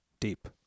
deep